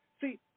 See